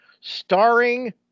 starring